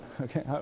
okay